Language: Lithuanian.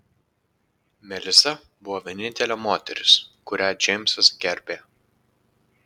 melisa buvo vienintelė moteris kurią džeimsas gerbė